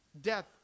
death